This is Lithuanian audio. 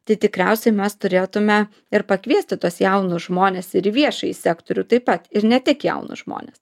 tai tikriausiai mes turėtume ir pakviesti tuos jaunus žmones ir į viešąjį sektorių taip pat ir ne tik jaunus žmones